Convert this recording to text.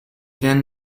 then